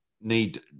need